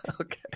okay